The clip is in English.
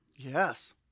Yes